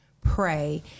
pray